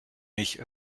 nicht